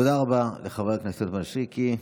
תודה רבה לחבר הכנסת משריקי.